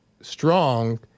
strong